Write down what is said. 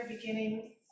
beginning